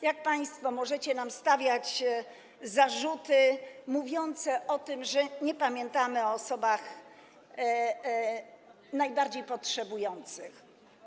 Jak państwo możecie nam stawiać zarzuty mówiące o tym, że nie pamiętamy o osobach najbardziej potrzebujących?